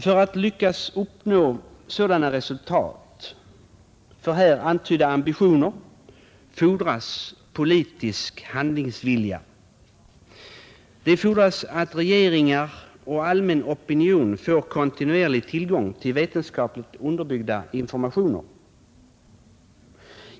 För att lyckas uppnå resultat av här antydda ambitioner fordras politisk handlingsvilja. Det krävs att regeringar och allmän opinion får kontinuerlig tillgång till vetenskapligt underbyggda informationer.